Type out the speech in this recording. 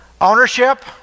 Ownership